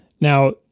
now